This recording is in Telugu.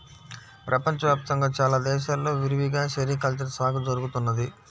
ప్రపంచ వ్యాప్తంగా చాలా దేశాల్లో విరివిగా సెరికల్చర్ సాగు జరుగుతున్నది